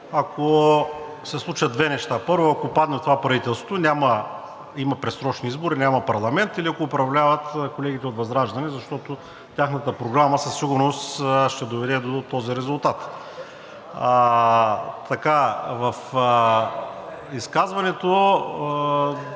ако се случат две неща. Първо, ако падне това правителство, има предсрочни избори, няма парламент или ако управляват колегите от ВЪЗРАЖДАНЕ, защото тяхната програма със сигурност ще доведе до този резултат. В изказването